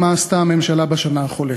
מה עשתה הממשלה בשנה החולפת.